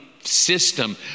system